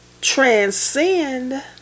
Transcend